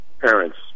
parents